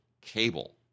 cable